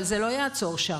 אבל זה לא יעצור שם.